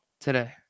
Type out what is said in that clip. today